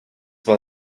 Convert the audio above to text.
war